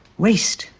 waste,